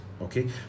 Okay